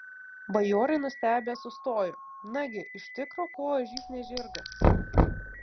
bajorai nustebę sustojo nagi iš tikro kuo ožys ne žirgas